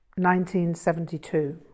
1972